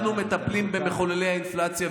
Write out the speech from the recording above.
אנחנו מטפלים במחוללי האינפלציה,